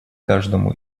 каждому